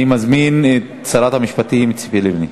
אני מזמין את שרת המשפטים ציפי לבני,